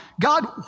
God